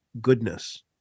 goodness